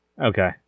Okay